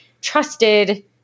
trusted